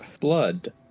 blood